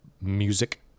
music